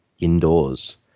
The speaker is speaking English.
indoors